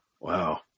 Wow